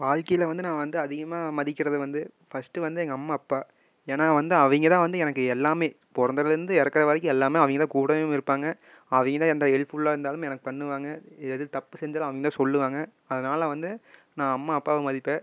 வாழ்க்கையில வந்து நான் வந்து அதிகமாக மதிக்கிறது வந்து ஃபர்ஸ்ட்டு வந்து எங்கள் அம்மா அப்பா ஏன்னா வந்து அவங்கதான் வந்து எனக்கு எல்லாமே பிறந்ததுலருந்து இறக்கிறவரைக்கும் எல்லாமே அவங்கதான் கூடவும் இருப்பாங்க அவங்க தான் எந்த ஹெல்ப்ஃபுல்லாக இருந்தாலும் எனக்கு பண்ணுவாங்க எது தப்பு செஞ்சாலும் அவங்க தான் சொல்லுவாங்க அதனால் வந்து நான் அம்மா அப்பாவை மதிப்பேன்